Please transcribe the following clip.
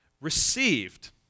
received